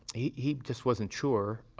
he he just wasn't sure,